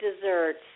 desserts